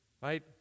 right